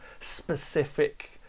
specific